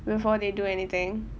before they do anything